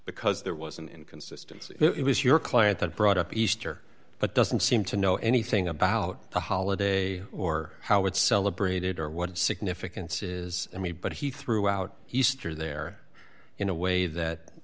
because there was an inconsistency it was your client that brought up easter but doesn't seem to know anything about the holiday or how it celebrated or what its significance is i mean but he threw out easter there in a way that